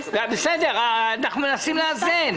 אנחנו מנסים לאזן.